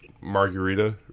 margarita